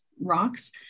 rocks